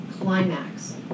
climax